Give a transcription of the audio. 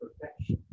perfection